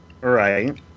Right